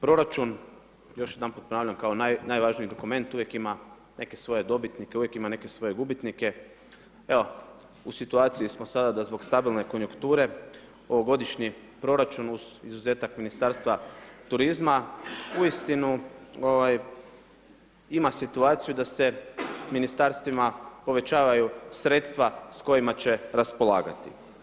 Proračun još jedanput ponavljam kao najvažniji dokument, uvijek ima neke svoje dobitnike, uvijek ima neke svoje gubitnike, evo u situaciji smo sada da zbog stabilne konjukture ovogodišnji proračun uz izuzetak Ministarstva turizma uistinu, ovaj, ima situaciju da se Ministarstvima povećavaju sredstva s kojima će raspolagati.